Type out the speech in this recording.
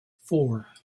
four